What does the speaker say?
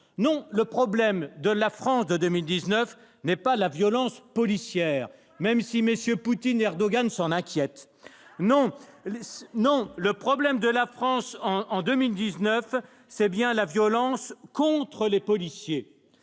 Non, le problème de la France de 2019 n'est pas la violence policière, même si MM. Poutine et Erdogan s'en inquiètent ! C'est l'ONU qui s'en inquiète ! Non, le problème de la France de 2019, c'est bien la violence contre les policiers